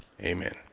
Amen